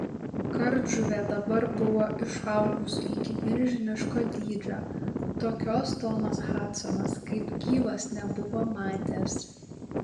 kardžuvė dabar buvo išaugus iki milžiniško dydžio tokios tomas hadsonas kaip gyvas nebuvo matęs